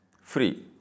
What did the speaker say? free